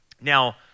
Now